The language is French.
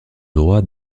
droit